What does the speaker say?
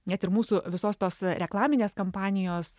net ir mūsų visos tos reklaminės kampanijos